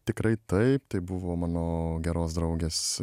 tikrai taip tai buvo mano geros draugės